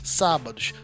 sábados